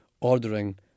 ordering